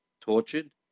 tortured